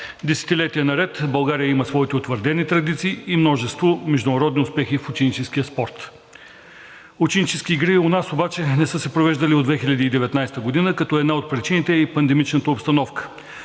Десетилетия наред България има своите утвърдени традиции и множество международни успехи в ученическия спорт. Ученически игри у нас обаче не са се провеждали от 2019 г., като една от причините е и пандемичната обстановка.